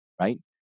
right